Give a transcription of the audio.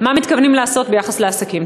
מה מתכוונים לעשות ביחס לעסקים?